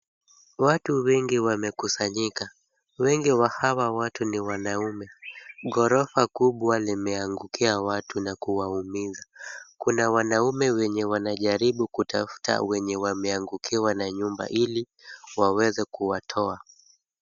Watu wengi wamekusanyika, wengi wa hawa watu ni wanaume. Ghorofa kubwa limeangukia watu na kuwaumiza. Kuna wanaume wenye wanajaribu kutafuta wenye wameangukiwa na nyumba ili waweze kuwatoa.